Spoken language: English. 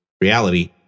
reality